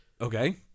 Okay